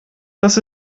das